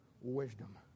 wisdom